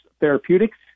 Therapeutics